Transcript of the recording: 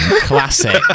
classic